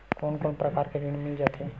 कोन कोन प्रकार के ऋण मिल जाथे?